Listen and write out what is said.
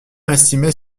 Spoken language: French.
estimait